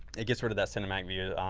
it gets rid of that cinematic view.